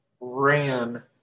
ran